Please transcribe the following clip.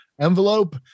envelope